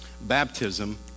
baptism